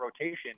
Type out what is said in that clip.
rotation